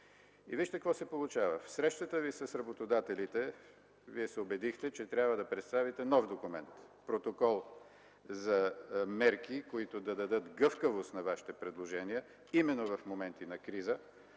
И вижте какво се получава. На срещата Ви с работодателите Вие се убедихте, че трябва да представите нов документ – Протокол за мерки, които да дадат гъвкавост на Вашите предложения, именно в моменти на криза.